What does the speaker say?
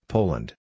Poland